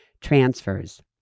transfers